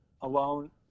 alone